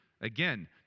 again